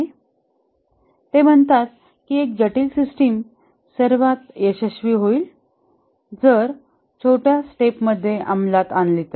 ते म्हणतात की "एक जटिल सिस्टिम सर्वात यशस्वी होईल जर छोट्या स्टेपमध्ये अंमलात आणले तर